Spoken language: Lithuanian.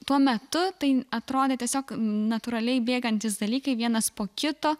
tuo metu tai atrodė tiesiog natūraliai bėgantys dalykai vienas po kito